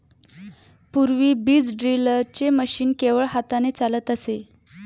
पूर्वी बीज ड्रिलचे मशीन केवळ हाताने चालत असे